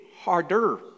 harder